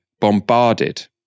bombarded